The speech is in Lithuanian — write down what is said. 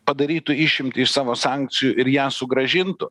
padarytų išimtį iš savo sankcijų ir ją sugrąžintų